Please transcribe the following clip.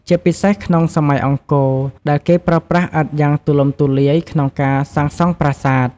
ជាពិសេសក្នុងសម័យអង្គរ ដែលគេប្រើប្រាស់ឥដ្ឋយ៉ាងទូលំទូលាយក្នុងការសាងសង់ប្រាសាទ។